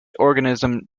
organism